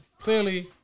clearly